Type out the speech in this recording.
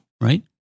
Right